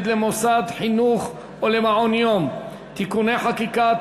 למוסד חינוך או למעון-יום (תיקוני חקיקה),